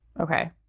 Okay